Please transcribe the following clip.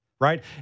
right